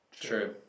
True